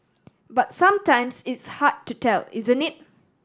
but sometimes it's hard to tell isn't it